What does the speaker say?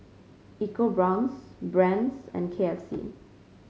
EcoBrown's Brand's and K F C